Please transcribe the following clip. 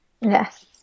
Yes